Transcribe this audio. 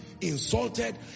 insulted